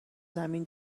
زمین